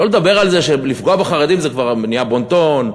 שלא לדבר על זה שלפגוע בחרדים כבר נהיה בון-טון,